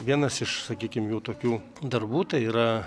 vienas iš sakykim jau tokių darbų tai yra